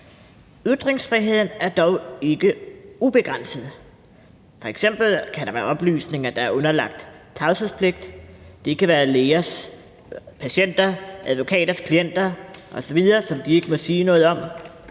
Ytringsfriheden er dog ikke ubegrænset. Der kan f.eks. være oplysninger, der er underlagt tavshedspligt. Det kan være læger, som ikke må sige noget om